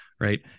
Right